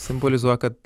simbolizuoja kad